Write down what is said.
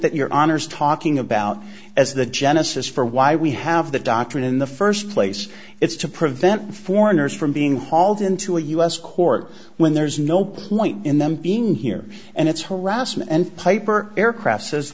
that your honour's talking about as the genesis for why we have the doctrine in the st place it's to prevent foreigners from being hauled into a us court when there's no point in them being here and it's harassment and piper aircraft says